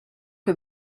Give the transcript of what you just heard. que